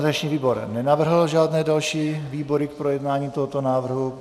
Organizační výbor nenavrhl žádné další výbory k projednání tohoto návrhu.